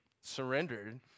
surrendered